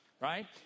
Right